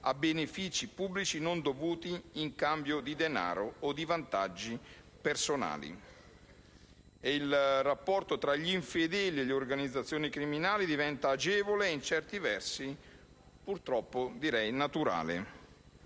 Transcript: a benefici pubblici non dovuti in cambio di denaro o di vantaggi personali. Ed il rapporto tra gli infedeli e le organizzazioni criminali diventa agevole e, per certi versi, purtroppo naturale,